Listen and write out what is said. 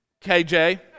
KJ